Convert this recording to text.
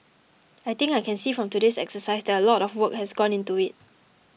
I think I can see from today's exercise that a lot of work has gone into it